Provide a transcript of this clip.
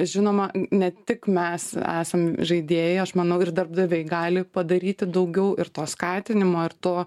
žinoma ne tik mes esam žaidėjai aš manau ir darbdaviai gali padaryti daugiau ir to skatinimo ir to